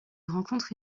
rencontre